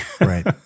Right